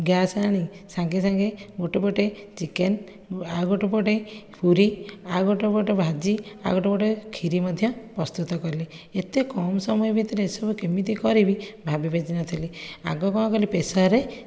gas ଆଣି ସାଙ୍ଗେ ସାଙ୍ଗେ ଗୋଟେ ପଟେ ଚିକେନ ଆଉ ଗୋଟିଏ ପଟେ ପୁରୀ ଆଉ ଗୋଟିଏ ପଟେ ଭାଜି ଆଉ ଗୋଟିଏ ପଟେ କ୍ଷୀରି ମଧ୍ୟ ପ୍ରସ୍ତୁତ କଲି ଏତେ କମ ସମୟ ଭିତରେ ଏତେ ସବୁ କେମିତି କରିବି ଭାବି ବି ନ ଥିଲି ଆଗ କ'ଣ କଲି ପ୍ରେସରରେ